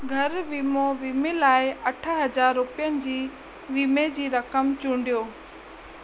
घरु वीमो वीमे लाइ अठ हज़ार रुपियनि जी वीमे जी रक़म चूंडियो